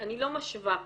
אני לא משווה פה,